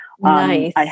Nice